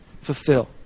fulfill